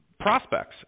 prospects